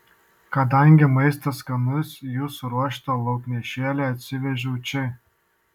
kadangi maistas skanus jų suruoštą lauknešėlį atsivežiau čia